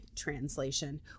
Translation